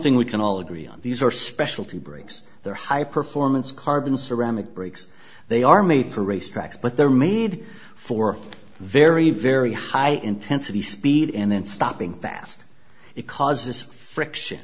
thing we can all agree on these are specialty brakes they're high performance carbon ceramic brakes they are made for racetracks but they're made for very very high intensity speed and then stopping fast it causes friction